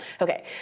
Okay